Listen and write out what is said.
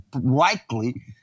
likely